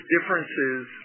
differences